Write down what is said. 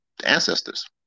ancestors